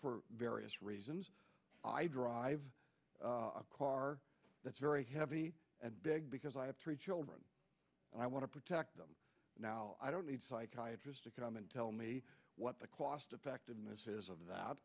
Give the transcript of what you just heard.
for various reasons i drive a car that's very heavy and big because i have three children and i want to protect them now i don't need psychiatry to come and tell me what the cost effectiveness is of that